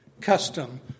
custom